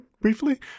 briefly